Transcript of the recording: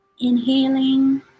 Inhaling